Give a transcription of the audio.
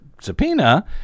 subpoena